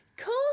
cool